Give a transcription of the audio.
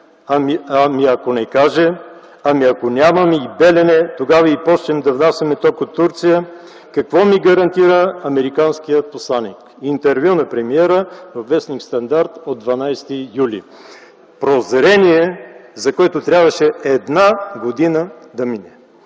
ами ако не каже?! Ами ако нямаме и „Белене” тогава и почнем да внасяме ток от Турция, какво ни гарантира американският посланик?” – интервю на премиера във в. „Стандарт” от 12 юли 2010 г. Прозрение, за което трябваше да мине една година.